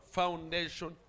foundation